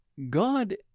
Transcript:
God